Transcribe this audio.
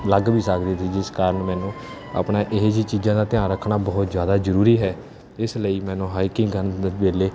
ਲੱਗ ਵੀ ਸਕਦੀ ਸੀ ਜਿਸ ਕਾਰਨ ਮੈਨੂੰ ਆਪਣਾ ਇਹ ਜਿਹੀ ਚੀਜ਼ਾਂ ਦਾ ਧਿਆਨ ਰੱਖਣਾ ਬਹੁਤ ਜ਼ਿਆਦਾ ਜ਼ਰੂਰੀ ਹੈ ਇਸ ਲਈ ਮੈਨੂੰ ਹਾਈਕਿੰਗ ਕਰਨ ਵੇਲੇ